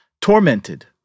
Tormented